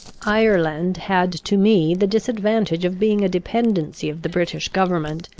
ireland had to me the disadvantage of being a dependency of the british government,